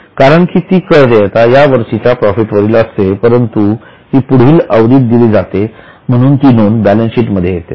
कारण की ती कर देयता या वर्षाच्या प्रॉफिट वरील असते परंतु ती पुढील अवधीत दिली जाते म्हणून ती नोंद बॅलन्स शीट मध्ये येते